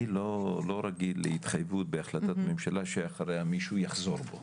אני לא רגיל להתחייבות בהחלטת הממשלה שאחריה מישהו יחזור בו,